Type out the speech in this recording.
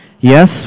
Yes